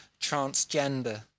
transgender